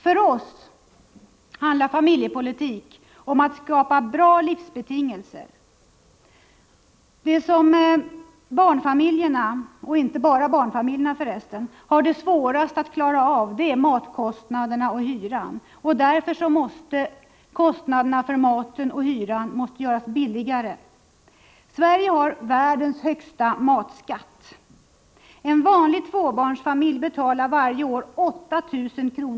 För oss handlar familjepolitik om att skapa bra livsbetingelser. Det som barnfamiljerna — men för resten inte bara barnfamiljerna — har svårast att klara är matkostnaderna och hyran. Därför måste maten och hyran göras billigare. Sverige har världens högsta matskatt. En vanlig tvåbarnsfamilj betalar varje år 8 000 kr.